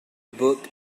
book